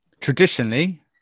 Traditionally